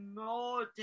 more